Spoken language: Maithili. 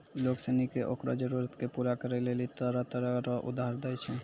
लोग सनी के ओकरो जरूरत के पूरा करै लेली तरह तरह रो उधार दै छै